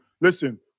listen